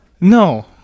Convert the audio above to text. No